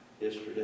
yesterday